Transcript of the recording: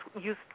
use